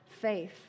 faith